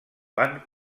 van